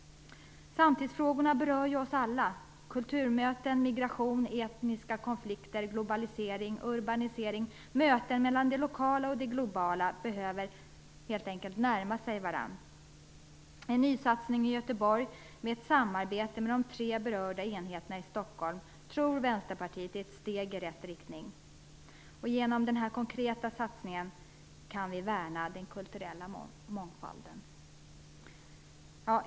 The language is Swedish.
Samtidsfrågorna berör ju oss alla. Kulturmöten, migration, etniska konflikter, globalisering, urbanisering samt möten mellan det lokala och det globala behöver helt enkelt närma sig varandra. En nysatsning i Göteborg med ett samarbete med de tre berörda enheterna i Stockholm tror Vänsterpartiet är ett steg i rätt riktning. Genom den här konkreta satsningen kan vi värna den kulturella mångfalden.